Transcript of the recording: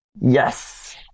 Yes